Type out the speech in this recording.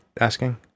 asking